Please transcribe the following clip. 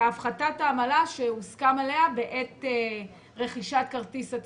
בהפחתת העמלה שהוסכם עליה בעת רכישת כרטיס הטיסה.